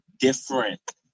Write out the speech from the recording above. different